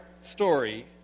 story